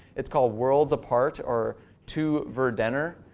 it's called worlds apart, or to verdener.